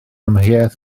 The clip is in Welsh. amheuaeth